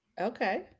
Okay